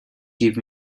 give